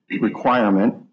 Requirement